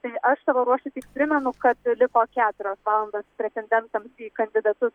tai aš savo ruožtu tik primenu kad liko keturios valandos pretendentams į kandidatus